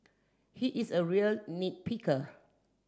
he is a real nit picker